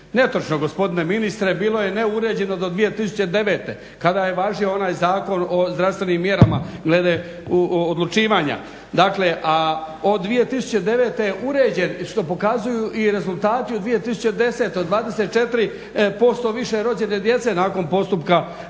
Netočno gospodine ministre, bilo je neuređeno do 2009. kada je važio onaj Zakon o zdravstvenim mjerama glede odlučivanja. Dakle, a od 2009. je uređen što pokazuju i rezultati u 2010. 24% više rođene djece nakon postupka